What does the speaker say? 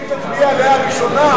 כי אם תצביע עליה ראשונה,